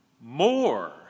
More